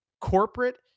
corporate